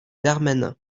darmanin